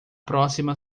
próxima